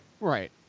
Right